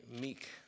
meek